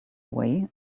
away